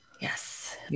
Yes